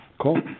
cool